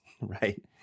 right